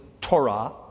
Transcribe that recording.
Torah